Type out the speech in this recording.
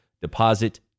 deposit